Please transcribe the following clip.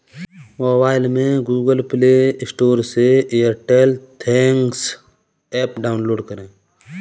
mobile में Google play store से Airtel thanks app download करें